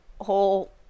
whole